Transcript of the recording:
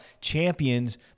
champions